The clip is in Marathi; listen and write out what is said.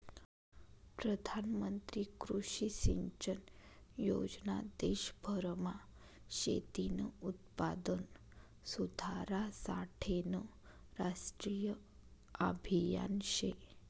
प्रधानमंत्री कृषी सिंचन योजना देशभरमा शेतीनं उत्पादन सुधारासाठेनं राष्ट्रीय आभियान शे